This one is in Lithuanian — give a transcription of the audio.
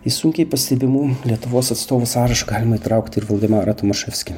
į sunkiai pastebimų lietuvos atstovų sąrašą galima įtraukti ir valdemarą tomaševskį